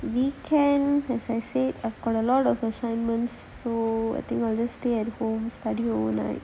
weekend like I say got a lot of assignments so I think I'll just stay at home study overnight